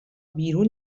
بیرون